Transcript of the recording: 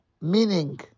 meaning